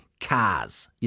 Cars